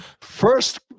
first